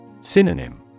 Synonym